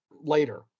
later